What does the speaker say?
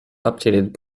updated